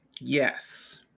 Yes